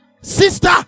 Sister